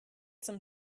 some